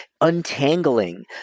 untangling